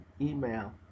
email